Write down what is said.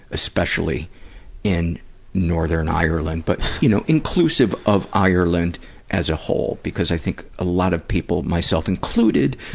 especially in northern ireland, but, you know, inclusive of ireland as a whole, because i think a lot of people, myself included,